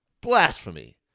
Blasphemy